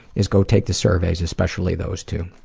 is go take the surveys, especially those two.